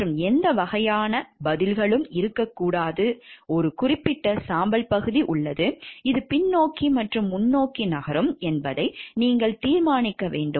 மற்றும் எந்த வகையிலான பதில்களும் இருக்கக்கூடாது ஒரு குறிப்பிட்ட சாம்பல் பகுதி உள்ளது இது பின்னோக்கி மற்றும் முன்னோக்கி நகரும் என்பதை நீங்கள் தீர்மானிக்க வேண்டும்